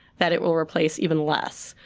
that it will replace even less.